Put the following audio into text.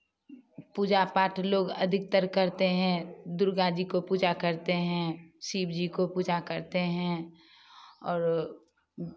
पूजा पाठ लोग अधिकतर करते हैं दुर्गा जी को पूजा करते हैं शिवजी को पूजा करते हैं और